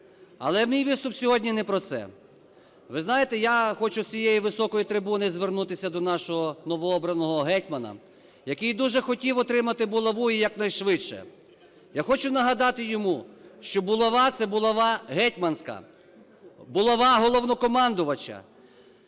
Але мій виступ сьогодні не про це. Ви знаєте, я хочу з цієї високої трибуни звернутися до нашого новообраного гетьмана, який дуже хотів отримати булаву і якнайшвидше. Я хочу нагадати йому, що булава – це булава гетьманська, булава Головнокомандувача.